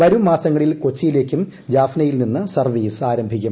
വരും മാസങ്ങളിൽ കൊച്ചിയിലേയ്ക്കും ജാഫ്നയിൽ നിന്ന് സർവ്വീസ് ആരംഭിക്കും